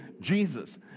Jesus